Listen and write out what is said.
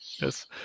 Yes